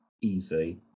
easy